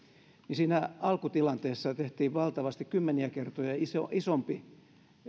siinä alkutilanteessa tehtiin valtavasti kymmeniä kertoja isompi